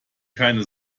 keine